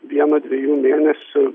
vieno dviejų mėnesių